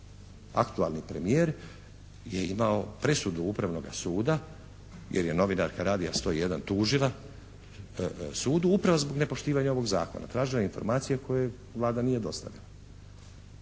aktualni premijer je imao presudu Upravnoga suda jer je novinarka "Radija 101" tužila sudu upravo zbog nepoštivanja ovog zakona. Tražila je informacije koje Vlada nije dostavila.